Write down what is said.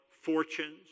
fortunes